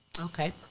Okay